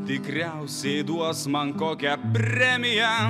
tikriausiai duos man kokią premiją